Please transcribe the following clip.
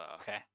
Okay